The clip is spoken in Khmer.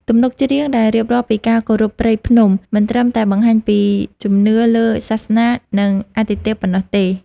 ទំនុកច្រៀងដែលរៀបរាប់ពីការគោរពព្រៃភ្នំ មិនត្រឹមតែបង្ហាញពីជំនឿលើសាសនា និងអាទិទេពប៉ុណ្ណោះទេ។